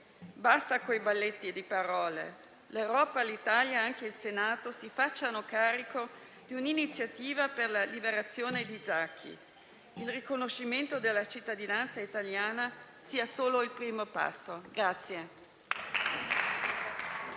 Basta con i balletti di parole! L'Europa, l'Italia e anche il Senato si facciano carico di un'iniziativa per la liberazione di Zaki. Il riconoscimento della cittadinanza italiana sia solo il primo passo.